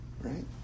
right